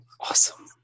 awesome